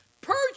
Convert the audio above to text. purge